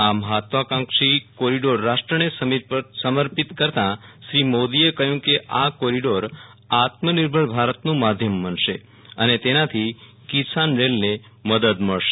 આ મહત્વકાંક્ષી કોરિડોર રાષ્ટ્રને સમર્પિત કરતા શ્રી મોદીએ કહ્યું કે આ કોરિડીર આત્મ નિર્ભર ભારતનું માધ્યમ બનશે અને તેનાથી કિસાન રેલને મદદ મળશે